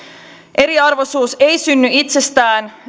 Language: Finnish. eriarvoisuus ei synny itsestään